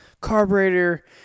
carburetor